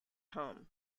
home